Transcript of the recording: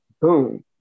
boom